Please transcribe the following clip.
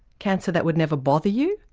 cancer that would never bother you?